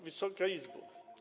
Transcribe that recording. Wysoka Izbo!